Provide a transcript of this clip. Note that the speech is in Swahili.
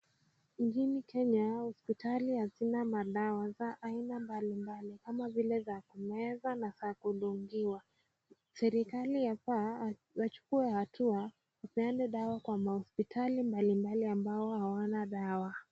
Nchini Kenya hospitali haina madawa za aina mbalimbali kama vile za kumeza na za kudungiwa serikali yafaa wachukue hatua wapeane dawa kwa hospitali ambazo hawana dawa.